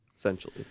Essentially